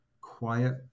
quiet